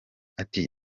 ati